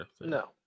No